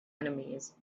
enemies